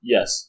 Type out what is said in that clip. Yes